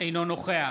אינו נוכח